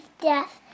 death